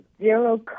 zero